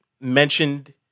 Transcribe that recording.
mentioned